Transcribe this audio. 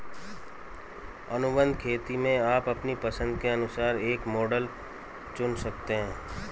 अनुबंध खेती में आप अपनी पसंद के अनुसार एक मॉडल चुन सकते हैं